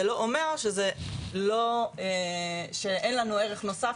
זה לא אומר שאין לנו ערך נוסף,